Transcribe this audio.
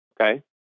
Okay